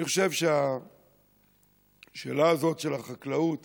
אני חושב שהשאלה הזאת של החקלאות